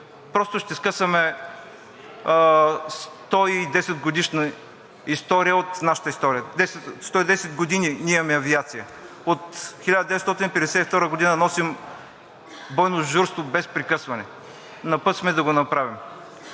просто ще скъсаме 110-годишна история от нашата история – сто и десет години ние имаме авиация. От 1952 г. носим бойното дежурство без прекъсване. На път сме да го направим,